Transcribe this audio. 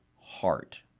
heart